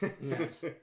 Yes